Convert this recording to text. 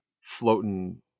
floating